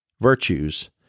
virtues